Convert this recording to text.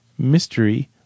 mystery